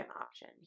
option